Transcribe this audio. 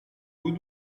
vous